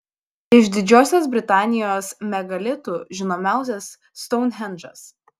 iš didžiosios britanijos megalitų žinomiausias stounhendžas